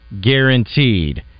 guaranteed